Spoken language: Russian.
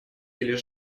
или